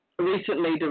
recently